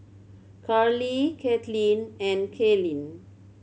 Carlee Katlynn and Kaylyn